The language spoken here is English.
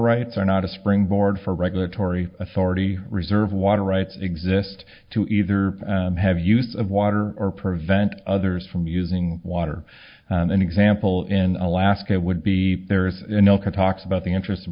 rights are not a springboard for regulatory authority reserve water rights exist to either have use of water or prevent others from using water and an example in alaska it would be there is no can talks about the interest